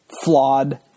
flawed